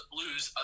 lose